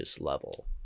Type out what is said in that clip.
level